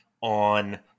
on